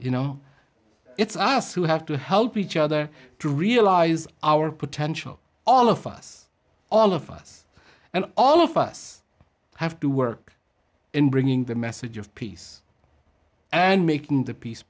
you know it's us who have to help each other to realize our potential all of us all of us and all of us have to work in bringing the message of peace and making the peace